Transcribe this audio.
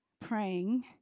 praying